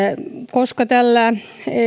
koska tällä